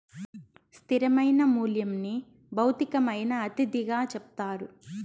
స్థిరమైన మూల్యంని భౌతికమైన అతిథిగా చెప్తారు